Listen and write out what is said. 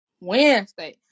Wednesday